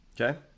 Okay